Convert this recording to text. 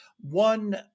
one